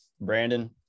Brandon